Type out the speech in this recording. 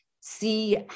see